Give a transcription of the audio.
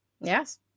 Yes